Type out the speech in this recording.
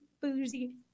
boozy